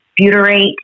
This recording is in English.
butyrate